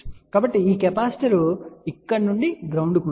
కాబట్టి ఈ కెపాసిటర్ ఇక్కడ నుండి గ్రౌండ్ కి ఉంటుంది